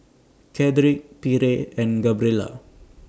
Cedrick Pierre and Gabriella